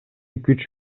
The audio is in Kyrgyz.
күч